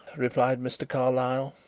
replied mr. carlyle,